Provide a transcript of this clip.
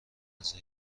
مزه